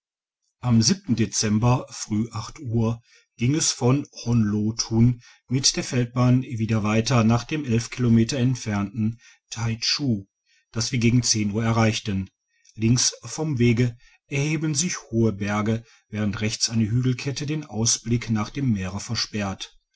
am früh uhr ging es von honlotun mit digitized by google der feldbahn wieder weiter nach dem kilometer entfernten taichu das wir gegen zehn uhr erreichten links vom wege erheben sich hohe berge während rechts eine hügelkette den ausblick nach dem meere versperrt